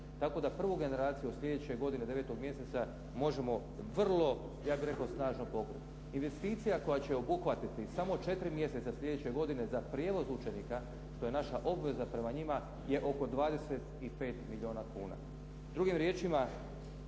tako da prvu generaciju od sljedeće godine 9. mjeseca možemo vrlo, ja bi rekao, snažno … /Govornik se ne razumije./. Investicija koja će obuhvatiti samo 4 mjeseca sljedeće godine za prijevoz učenika što je naša obveza prema njima je oko 25 milijuna kuna. Drugim riječima,